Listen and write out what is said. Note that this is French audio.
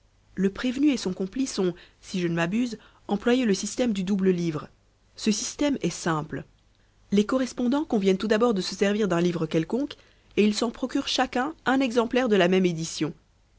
le prévenu et son complice ont si je ne m'abuse employé le système du double livre ce système est simple les correspondants conviennent tout d'abord de se servir d'un livre quelconque et ils s'en procurent chacun un exemplaire de la même édition